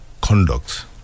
conduct